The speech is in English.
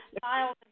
files